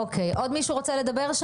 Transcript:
עוד מישהו רוצה לדבר?